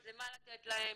אז למה לתת להם,